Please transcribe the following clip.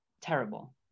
terrible